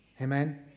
Amen